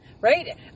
Right